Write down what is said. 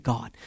God